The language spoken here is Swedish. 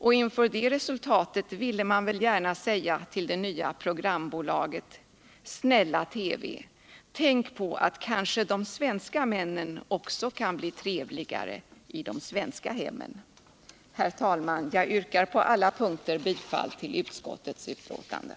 Och inför det resultatet ville man väl gärna säga till det nya programbolaget: ”Snälla TV, tänk på att kanske de svenska männen också kan bli trevligare i de svenska hemmen!” Herr talman! Jag yrkar på alla punkter bifall till utskottets hemställan.